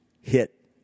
hit